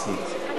אני מכירה את,